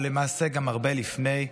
אבל למעשה גם הרבה לפני,